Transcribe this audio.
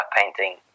painting